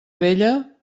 vella